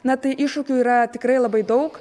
na tai iššūkių yra tikrai labai daug